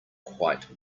quite